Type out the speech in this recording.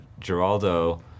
Geraldo